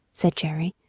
said jerry,